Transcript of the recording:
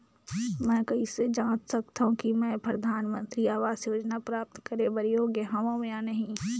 मैं कइसे जांच सकथव कि मैं परधानमंतरी आवास योजना प्राप्त करे बर योग्य हववं या नहीं?